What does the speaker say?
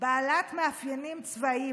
בעלת מאפיינים צבאיים,